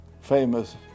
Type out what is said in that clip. famous